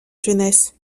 jeunesse